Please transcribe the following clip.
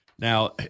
Now